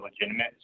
legitimate